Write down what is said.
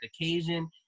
occasion